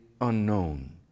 unknown